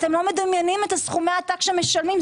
אתם לא מדמיינים את סכומי העתק שמשלמים.